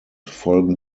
folgen